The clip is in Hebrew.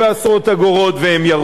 והם ירדו השבוע,